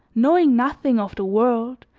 knowing nothing of the world,